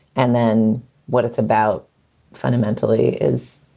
and then what it's about fundamentally is,